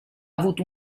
avuto